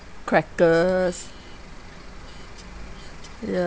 crackers ya